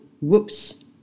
whoops